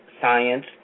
science